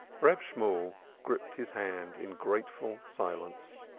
reb shemuel gripped his hand in grateful silence.